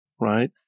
right